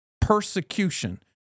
persecution